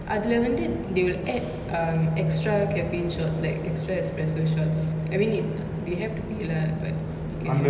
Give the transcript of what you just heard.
அதுல வந்து:athula vanthu they will add um extra caffeine shots like extra espresso shots I mean it they have to put it lah but they can